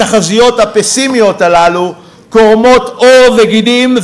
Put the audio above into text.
התחזיות הפסימיות הללו קורמות עור וגידים,